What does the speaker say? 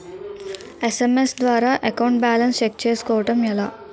SMS ద్వారా account balance check చేసుకోవటం ఎలా?